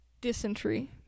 dysentery